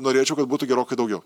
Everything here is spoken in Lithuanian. norėčiau kad būtų gerokai daugiau